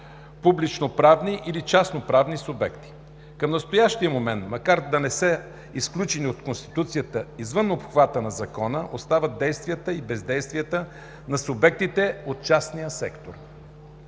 публичноправни или частноправни субекти. Към настоящия момент, макар да не са изключени от Конституцията, извън обхвата на Закона остават действията и бездействията на субектите от частния сектор.